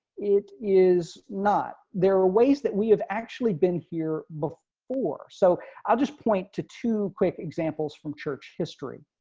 it is not there are ways that we have actually been here before. so i'll just point to two quick examples from church history.